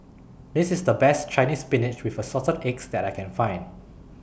This IS The Best Chinese Spinach with Assorted Eggs that I Can Find